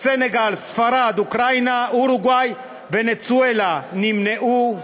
בעד: סין, צרפת, רוסיה, בריטניה, אנגולה, מצרים,